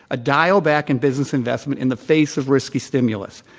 a dial back in business investment in the face of risky stimulus.